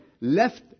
Left